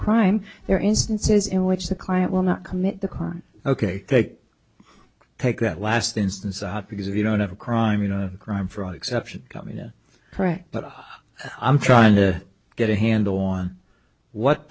crime there are instances in which the client will not commit the crime ok they take that last instance out because if you don't have a crime you know crime fraud exception i mean correct but i'm trying to get a handle on what